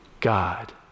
God